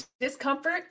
discomfort